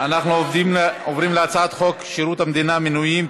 בעד, 49, מתנגדים, 39,